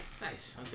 Nice